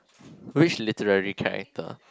which literary character